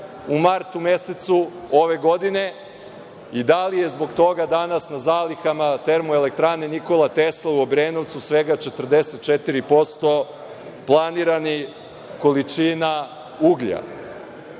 u martu mesecu ove godine i da li je zbog toga danas na zalihama Termoelektrane „Nikola Tesla“ u Obrenovcu svega 44% planiranih količina uglja?I,